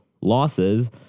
losses